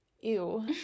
ew